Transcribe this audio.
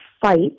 fight